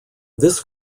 this